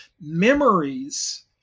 Memories